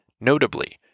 Notably